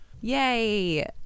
Yay